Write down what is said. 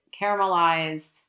caramelized